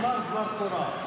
תאמר דבר תורה.